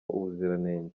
ubuziranenge